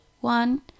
one